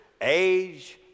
age